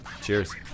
Cheers